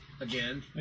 again